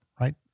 right